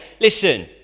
listen